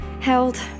held